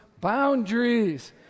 boundaries